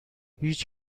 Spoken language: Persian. هیچ